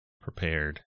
prepared